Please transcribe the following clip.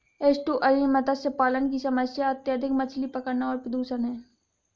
estuarine मत्स्य पालन की समस्या अत्यधिक मछली पकड़ना और प्रदूषण है